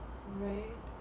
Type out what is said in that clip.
right